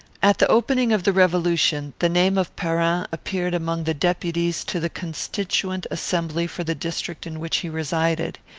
at the opening of the revolution, the name of perrin appeared among the deputies to the constituent assembly for the district in which he resided.